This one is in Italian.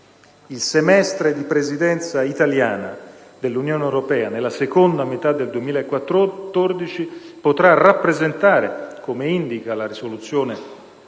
il semestre di Presidenza italiana dell'Unione europea nella seconda metà del 2014 potrà rappresentare, come indica la risoluzione